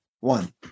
One